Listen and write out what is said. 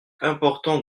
important